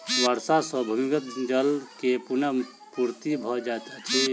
वर्षा सॅ भूमिगत जल के पुनःपूर्ति भ जाइत अछि